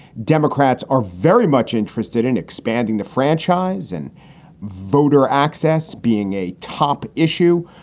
democrats are very much interested in expanding the franchise and voter access being a top issue.